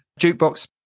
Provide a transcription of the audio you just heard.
Jukebox